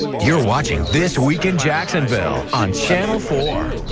you're watching this week in jacksonville on channel four.